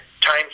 time